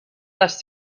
les